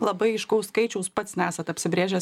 labai aiškaus skaičiaus pats nesat apsibrėžęs